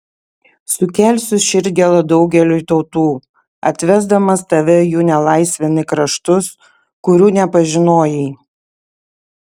sukelsiu širdgėlą daugeliui tautų atvesdamas tave jų nelaisvėn į kraštus kurių nepažinojai